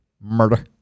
Murder